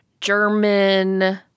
German